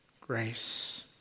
grace